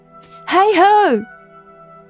Hey-ho